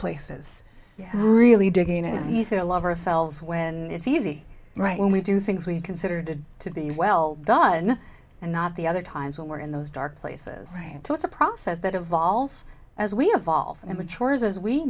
places really digging as he said love ourselves when it's easy right when we do things we consider to be well done and not the other times when we're in those dark places so it's a process that evolves as we evolve and matures as we